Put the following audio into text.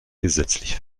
gesetzlich